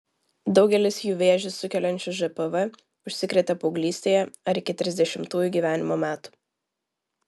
daugelis jų vėžį sukeliančiu žpv užsikrėtė paauglystėje ar iki trisdešimtųjų gyvenimo metų